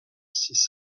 six